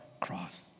cross